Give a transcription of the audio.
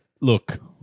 Look